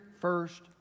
first